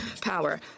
power